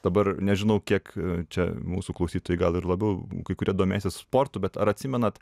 dabar nežinau kiek čia mūsų klausytojai gal ir labiau kai kurie domėsis sportu bet ar atsimenat